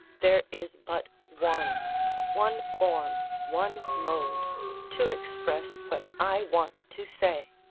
there is but one one form, one mode to express what i want to say.